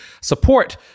support